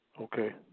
Okay